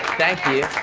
thank you.